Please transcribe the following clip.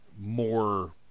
more